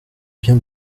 viens